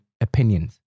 opinions